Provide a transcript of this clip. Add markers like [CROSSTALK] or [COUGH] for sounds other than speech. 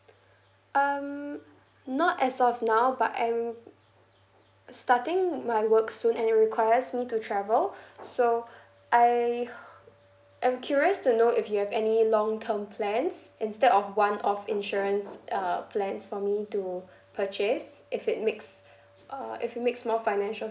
um not as of now but I'm starting my work soon and it requires me to travel so I [BREATH] I'm curious to know if you have any long term plans instead of one off insurance uh plans for me to purchase if it makes err if it makes more financial